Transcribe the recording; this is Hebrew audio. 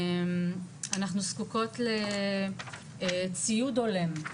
אנחנו זקוקות לציוד הולם,